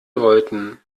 wollten